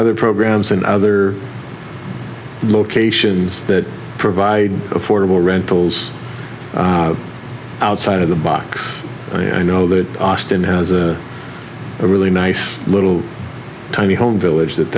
other programs in other locations that provide affordable rentals outside of the box i know that austin has a really nice little tiny home village that